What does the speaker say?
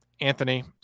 Anthony